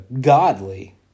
godly